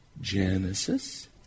Genesis